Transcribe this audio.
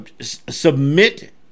submit